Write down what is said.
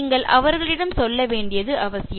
நீங்கள் அவர்களிடம் சொல்ல வேண்டியது அவசியம்